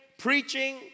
preaching